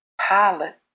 pilot